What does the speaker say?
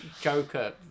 Joker